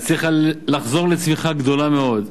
הצליחה לחזור לצמיחה גדולה מאוד.